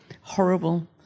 horrible